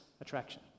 attraction